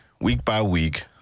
week-by-week